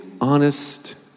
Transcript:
honest